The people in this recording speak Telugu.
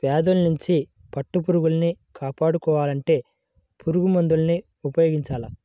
వ్యాధుల్నించి పట్టుపురుగుల్ని కాపాడుకోవాలంటే పురుగుమందుల్ని ఉపయోగించాల